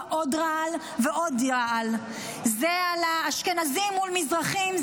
עוד רעל ועוד רעל: זה על האשכנזים מול מזרחים,